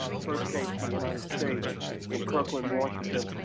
ah the first case in the united states in kirkland, washington.